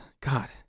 God